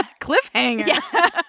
Cliffhanger